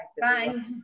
Bye